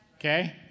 okay